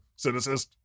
cynicist